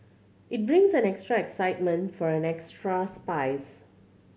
it brings an extra excitement for an extra spice